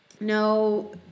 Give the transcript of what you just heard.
no